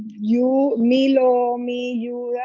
you, milo, me, you,